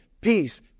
peace